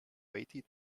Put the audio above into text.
waited